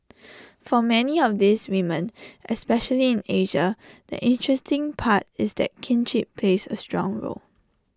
for many of these women especially in Asia the interesting part is that kinship plays A strong role